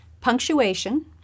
Punctuation